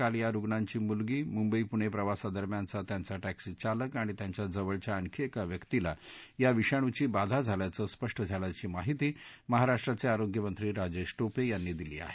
काल या रुग्णांची मुलगी मुंबई पुणे प्रवासादरम्यानचा त्यांचा टॅक्सी चालक आणि त्यांच्या जवळच्या आणखी एका व्यक्तीला या विषाणूची बाधा झाल्याचं स्पष्ट झाल्याची माहिती महाराष्ट्राचे आरोग्य मंत्री राजेश टोपे यांनी दिली आहे